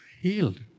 healed